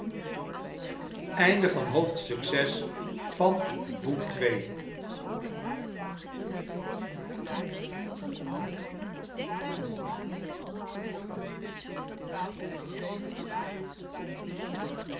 van het dierbare boek